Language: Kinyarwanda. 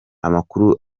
amakuru